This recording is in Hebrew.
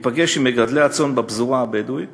ייפגש עם מגדלי הצאן בפזורה הבדואית